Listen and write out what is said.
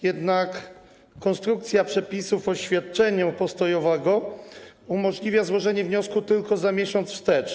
Jednak konstrukcja przepisów o świadczeniu postojowym umożliwia złożenie wniosku tylko za miesiąc wstecz.